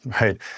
Right